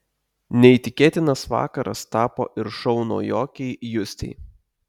neįtikėtinas vakaras tapo ir šou naujokei justei